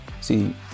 See